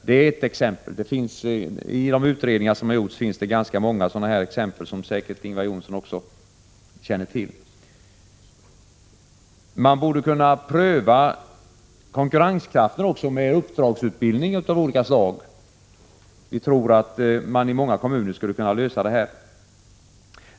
Det är ett exempel, och i de utredningar som har gjorts finns det ganska många sådana här exempel, som säkert också Ingvar Johnsson känner till. Man borde kunna pröva konkurrenskraften med uppdragsutbildning av olika slag. Vi tror att man i många kommuner skulle kunna lösa det här problemet.